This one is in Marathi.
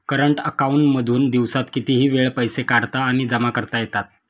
करंट अकांऊन मधून दिवसात कितीही वेळ पैसे काढता आणि जमा करता येतात